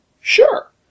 Sure